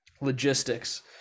logistics